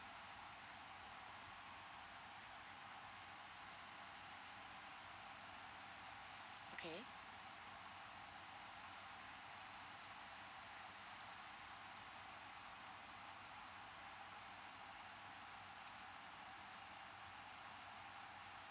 okay